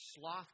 sloth